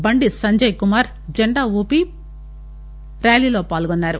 బండి సంజయ్ కుమార్ జెండా ఊపి ర్యాలీ పాల్గొన్నారు